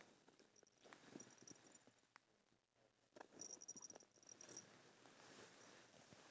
I know how you would do it you'll be like if you don't want to give me for five dollars I'm walking away